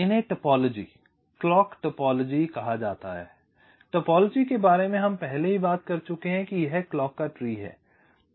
इन्हें topology clock topology कहा जाता है टोपोलॉजी के बारे में हम पहले ही बात कर चुके हैं यह क्लॉकका पेड़ है